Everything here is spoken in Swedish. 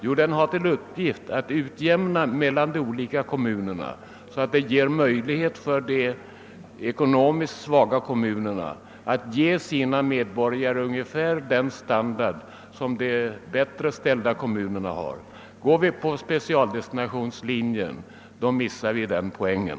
Jo, den har till uppgift att bereda de ekonomiskt svaga kommunerna möjlighet att ge sina medborgare ungefär samma standard som de bättre ställda kommunerna kan ge sina medborgare. Tillämpar vi specialdestination, missar vi den poängen.